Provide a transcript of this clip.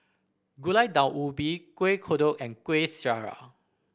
Gulai Daun Ubi Kueh Kodok and Kuih Syara